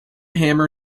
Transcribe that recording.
hammer